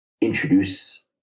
introduce